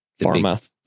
pharma